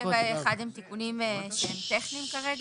ב-(1) הם תיקונים שהם טכניים כרגע,